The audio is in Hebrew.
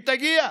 אם תגיע,